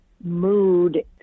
mood